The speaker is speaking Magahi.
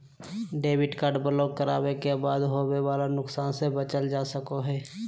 डेबिट कार्ड ब्लॉक करावे के बाद होवे वाला नुकसान से बचल जा सको हय